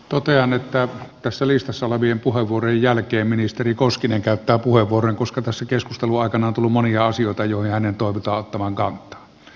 totean että tässä listassa olevien puheenvuorojen jälkeen ministeri koskinen käyttää puheenvuoron koska tässä keskustelun aikana on tullut monia asioita joihin hänen toivotaan ottavan kantaa